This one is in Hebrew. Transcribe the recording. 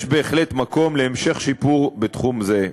יש בהחלט מקום להמשך שיפור בתחום זה,